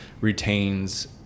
retains